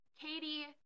Katie